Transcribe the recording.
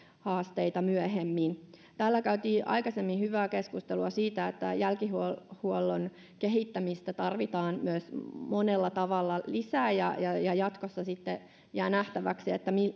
haasteita täällä käytiin aikaisemmin hyvää keskustelua siitä että jälkihuollon kehittämistä tarvitaan myös monella tavalla lisää ja ja jatkossa jää nähtäväksi